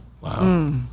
Wow